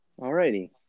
Alrighty